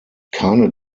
keine